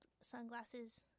sunglasses